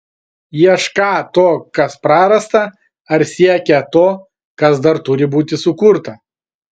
iešką to kas prarasta ar siekią to kas dar turi būti sukurta